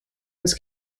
was